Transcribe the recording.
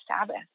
Sabbath